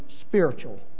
spiritual